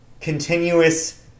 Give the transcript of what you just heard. continuous